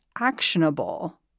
actionable